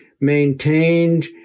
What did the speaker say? maintained